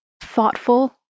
thoughtful